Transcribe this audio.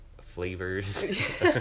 flavors